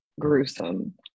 gruesome